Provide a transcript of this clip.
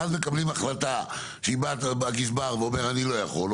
ואז מקבלים החלטה שאם בא הגזבר ואומר אני לא יכול,